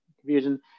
Confusion